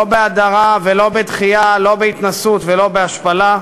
לא בהדרה ולא בדחייה, לא בהתנשאות ולא בהשפלה,